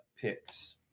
picks